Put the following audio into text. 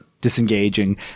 disengaging